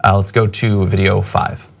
um let's go to video five.